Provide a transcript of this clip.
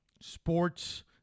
sports